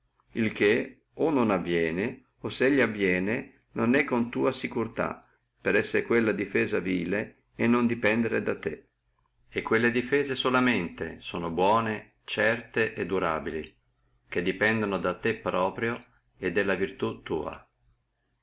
il che o non avviene o selli avviene non è con tua sicurtà per essere quella difesa suta vile e non dependere da te e quelle difese solamente sono buone sono certe sono durabili che dependono da te proprio e